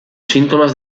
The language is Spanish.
síntomas